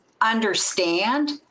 understand